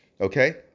Okay